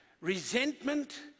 resentment